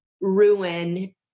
ruin